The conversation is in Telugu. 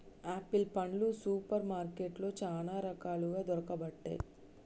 ఆపిల్ పండ్లు సూపర్ మార్కెట్లో చానా రకాలు దొరుకబట్టె